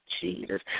Jesus